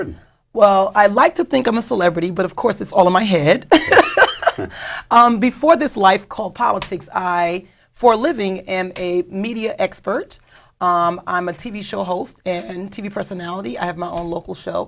thirty well i like to think i'm a celebrity but of course it's all in my head before this life called politics i for a living and a media expert i'm a t v show host and t v personality i have my own local sh